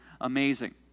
Amazing